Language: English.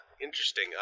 interesting